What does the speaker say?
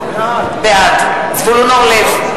בעד זבולון אורלב,